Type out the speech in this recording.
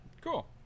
cool